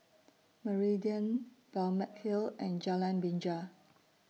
Meridian Balmeg Hill and Jalan Binja